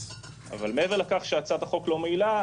מעבר לכך שהצעת החוק לא מועילה,